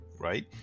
right